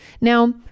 Now